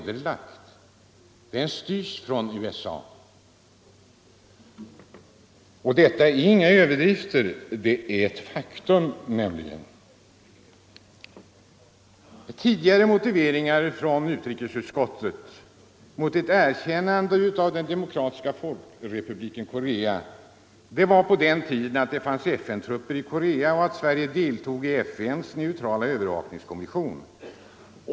Det är ingen överdrift utan ett faktum när jag säger att = 1] december 1974 den regeringen styrs från USA. Tidigare motiveringar från utrikesutskottet mot ett erkännande av De = Bortdragande av mokratiska folkrepubliken Korea var att det fanns FN-trupper i Korea främmande trupper och att Sverige deltog i FN:s neutrala övervakningskommission.